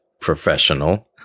professional